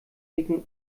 dicken